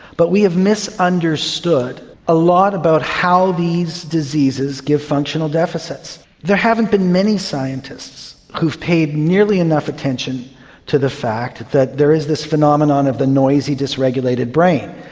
but we have misunderstood a lot about how these diseases give functional deficits. there haven't been many scientists who have paid nearly enough attention to the fact that there is this phenomenon of the noisy dysregulated brain.